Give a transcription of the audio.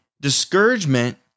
discouragement